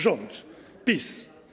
Rząd PiS.